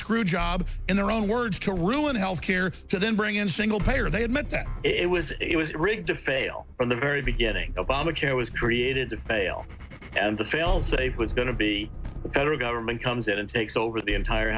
screw job in their own words to ruin health care to then bring in single payer they admit that it was it was rigged to fail from the very beginning obamacare was created to fail and the fail safe was going to be federal government comes in and takes over the entire